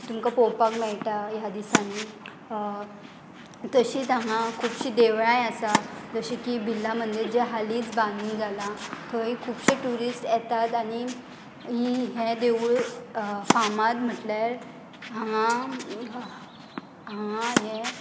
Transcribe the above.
तुमकां पोवपाक मेयटा ह्या दिसांनी तशींच हांगा खुबशीं देवळांय आसा जशें की बिर्ला मंदीर जें हालींच बांदून जालां थंय खुबशें ट्युरिस्ट येतात आनी ही हें देवूळ फामाद म्हटल्यार हांगा हांगा हें